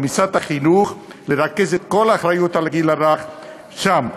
למשרד החינוך, לרכז את כל האחריות לגיל הרך שם.